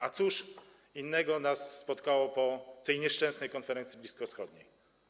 A cóż innego nas spotkało po tej nieszczęsnej konferencji bliskowschodniej?